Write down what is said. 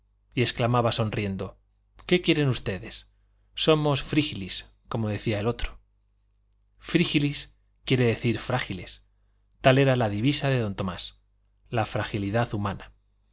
y exclamaba sonriendo qué quieren ustedes somos frígilis como decía el otro frígilis quería decir frágiles tal era la divisa de don tomás la fragilidad humana